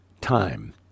Time